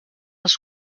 els